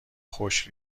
خشک